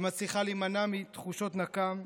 שמצליחה להימנע מתחושות נקם,